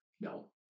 No